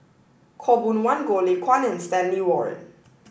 Khaw Boon Wan Goh Lay Kuan and Stanley Warren